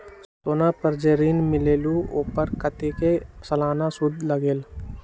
सोना पर जे ऋन मिलेलु ओपर कतेक के सालाना सुद लगेल?